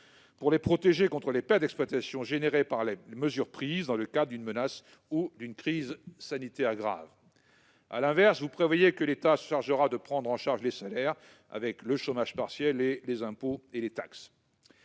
pour les protéger contre les pertes d'exploitation générées par les mesures prises dans le cadre d'une menace ou d'une crise sanitaire grave. À l'inverse, il est prévu que l'État prenne en charge les salaires avec le chômage partiel, les impôts et les taxes.